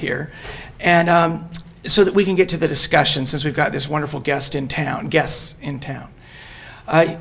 here and so that we can get to the discussion since we've got this wonderful guest in town guests in town i